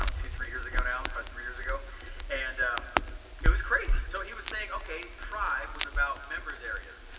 don't know two three years ago now and probably three years ago and it was crazy, so he was saying okay, tribe was about members areas.